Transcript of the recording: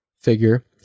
figure